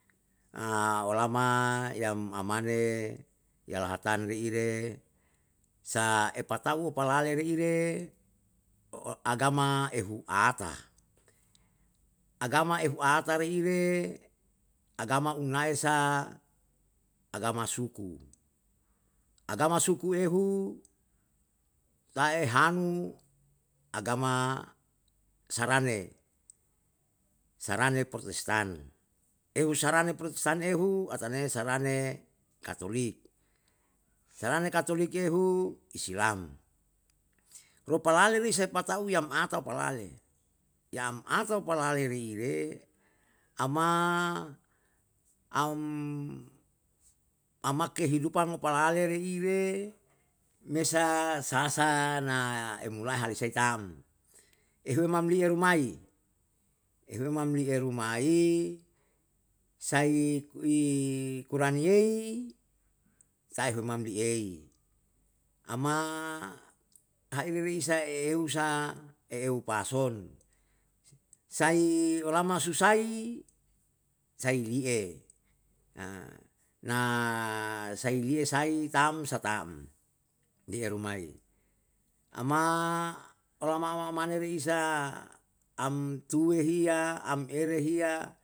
A olama yam amane yalahatan reire sa epatauo palale re ire agama ehu aka, agama ehu aka re ire agama unae sa agama suku, agama suku ehu ta'e hanu agama sarane, sarane protestan. e u sarane protestan ehu atane sarane katolik, sarane katolik ehu islam. lopalale lesi sepa ta'u yam ata opalale, yam ata opalale rire ama am ama kehidupan mo palale re ire mesa sasa na e mulai hale sai ta'm. ehue mam li'e rumai, ehue mam li'e rumai sai i kuran yei tae humam li'ei, ama haire re isae e eusa e eu pa'ason sai olama susai sai ri'e na sai li'e sai tamsa tam li'e rumai ama olama mane re isa am tue hiya am ere hiya